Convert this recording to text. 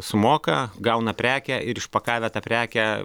sumoka gauna prekę ir išpakavę tą prekę